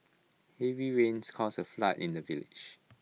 heavy rains caused A flood in the village